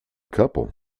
couple